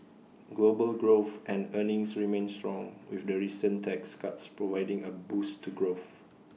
global growth and earnings remain strong with the recent tax cuts providing A boost to growth